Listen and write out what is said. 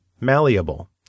malleable